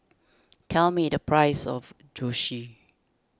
tell me the price of Zosui